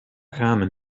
rahmen